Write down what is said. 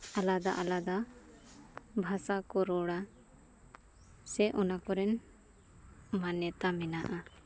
ᱟᱞᱟᱫᱟ ᱟᱞᱟᱫᱟ ᱵᱷᱟᱥᱟ ᱠᱚ ᱨᱚᱲᱟ ᱥᱮ ᱚᱱᱟᱠᱚᱨᱮᱱ ᱢᱟᱱᱱᱚᱛᱟ ᱢᱮᱱᱟᱜᱼᱟ